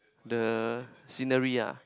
the scenery ah